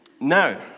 Now